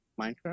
Minecraft